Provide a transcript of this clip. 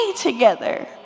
together